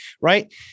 right